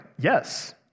yes